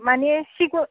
माने सिगुन